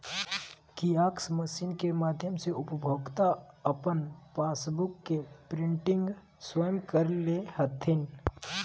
kiosk machine के माध्यम से उपभोक्ता अपन पासबुक के प्रिंटिंग स्वयं कर ले हथिन